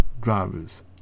drivers